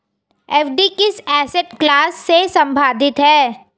FD किस asset class से संबंधित है?